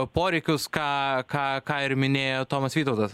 poreikius ką ką ką ir minėjo tomas vytautas